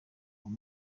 uwo